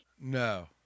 No